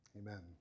Amen